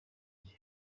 gihe